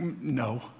no